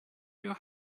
your